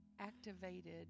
activated